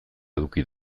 eduki